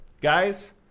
Guys